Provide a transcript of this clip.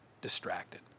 distracted